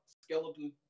skeleton